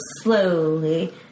slowly